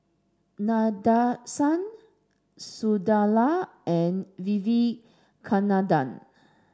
Nadesan Sunderlal and Vivekananda